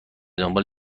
دنبال